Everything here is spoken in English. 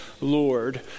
Lord